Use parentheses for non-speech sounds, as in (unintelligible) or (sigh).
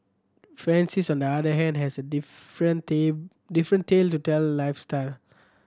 Francis on the other hand has a (unintelligible) different tale to tell lifestyle